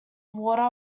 water